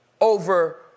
over